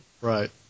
Right